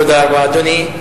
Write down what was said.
תודה רבה, אדוני.